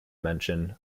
mention